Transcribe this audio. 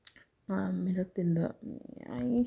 ꯃꯤꯔꯛ ꯇꯤꯟꯕ